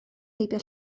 heibio